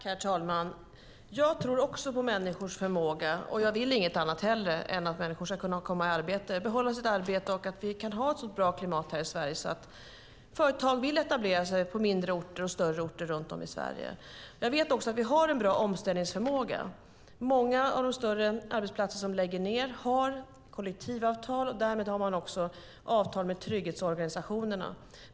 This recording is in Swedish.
Herr talman! Jag tror också på människors förmåga, och jag vill inget hellre än att människor ska kunna komma i arbete, att människor får behålla sitt arbete, och att vi kan ha ett så bra klimat i Sverige att företag vill etablera sig på både mindre och större orter runt om i landet. Jag vet att vi har en bra omställningsförmåga. Många av de större arbetsplatserna som läggs ned har kollektivavtal och därmed också avtal med trygghetsorganisationerna.